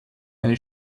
eine